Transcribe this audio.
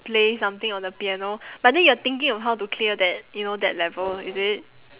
play something on the piano but then you are thinking of how to clear that you know that level is it